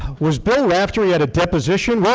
was bill raftery at a deposition?